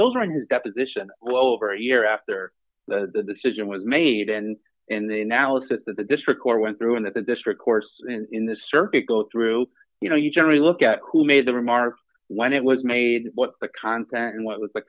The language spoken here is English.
those are in his deposition well over a year after the decision was made and and the analysis that the district court went through in that the district course in the circuit go through you know you generally look at who made the remark when it was made what the content and what was the